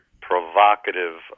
provocative